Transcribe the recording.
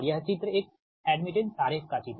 और यह चित्र एक एड्मिटेंस आरेख का चित्र है